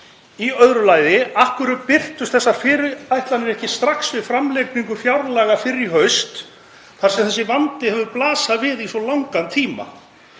Í öðru lagi: Af hverju birtust þessar fyrirætlanir ekki strax við framlagningu fjárlaga fyrr í haust þar sem þessi vandi hefur blasað við í svo langan tíma?